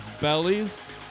bellies